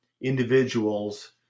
individuals